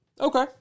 Okay